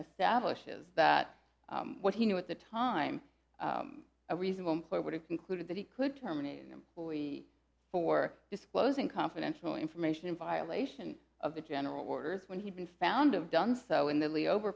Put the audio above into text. a stablish is that what he knew at the time a reasonable employer would have concluded that he could terminate an employee for disclosing confidential information in violation of the general orders when he'd been found of done so in